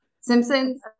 Simpsons